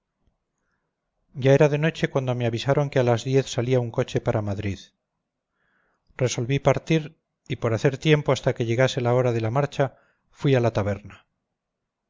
ya era de noche cuando me avisaron que a las diez salía un coche para madrid resolví partir y por hacer tiempo hasta que llegase la hora de la marcha fui a la taberna